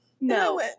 No